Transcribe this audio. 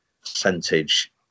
percentage